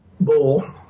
bull